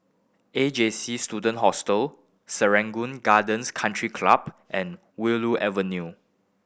A J C Student Hostel Serangoon Gardens Country Club and Willow Avenue